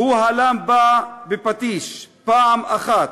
"הוא הלם בה בפטיש פעם אחת,